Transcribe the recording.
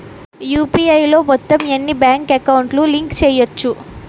UPI లో మొత్తం ఎన్ని బ్యాంక్ అకౌంట్ లు లింక్ చేయచ్చు?